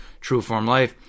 trueformlife